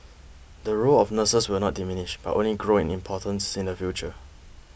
the role of nurses will not diminish but only grow in importance in the future